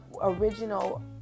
original